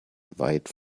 weit